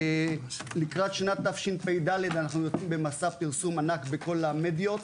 לקראת שנת תשפ"ד אנחנו יוצאים במסע פרסום ענק בכל המדיות,